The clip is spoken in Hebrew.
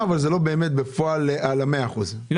אבל זה לא באמת בפועל על המאה אחוזים.